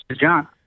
john